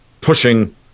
pushing